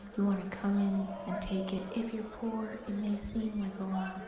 you want to come in and take it. if you're poor, it may seem like a lot,